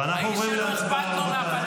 מי שלא אכפת לו --- זה אתה.